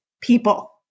people